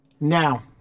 now